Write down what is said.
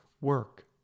work